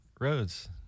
roads